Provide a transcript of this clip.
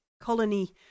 colony